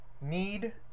need